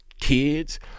kids